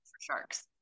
sharks